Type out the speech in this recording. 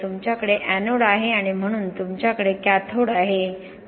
तुमच्याकडे एनोड आहे आणि म्हणून तुमच्याकडे कॅथोड आहे